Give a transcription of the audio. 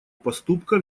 поступка